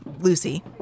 Lucy